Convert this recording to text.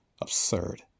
absurd